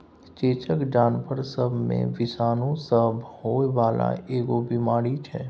चेचक जानबर सब मे विषाणु सँ होइ बाला एगो बीमारी छै